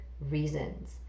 reasons